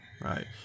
Right